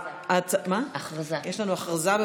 יש לנו הודעה.